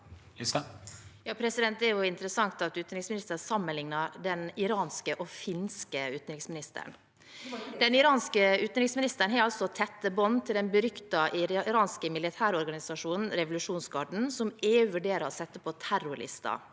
Det er interessant at utenriksministeren sammenligner den iranske og den finske utenriksministeren. Den iranske utenriksministeren har tette bånd til den beryktede iranske militære organisasjonen Revolusjonsgarden, som EU vurderer å sette på terrorlisten.